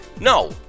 No